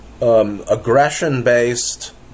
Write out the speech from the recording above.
aggression-based